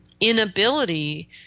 inability